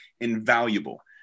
invaluable